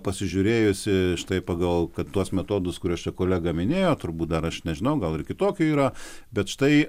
pasižiūrėjusi štai pagal kad tuos metodus kuriuos čia kolega minėjo turbūt dar aš nežinau gal ir kitokių yra bet štai